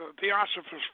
theosophists